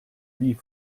wie